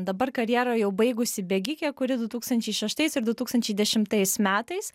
dabar karjerą jau baigusi bėgikė kuri du tūkstančiai šeštais ir du tūkstančiai dešimtais metais